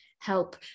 help